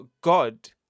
God